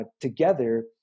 together